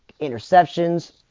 interceptions